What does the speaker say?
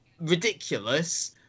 ridiculous